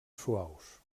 suaus